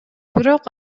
бирок